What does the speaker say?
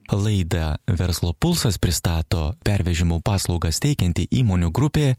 laida verslo pulsas pristato pervežimų paslaugas teikianti įmonių grupė